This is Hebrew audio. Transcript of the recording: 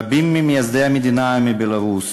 רבים ממייסדי המדינה הם מבלרוס: